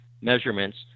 measurements